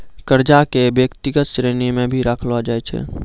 कर्जा क व्यक्तिगत श्रेणी म भी रखलो जाय छै